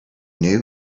new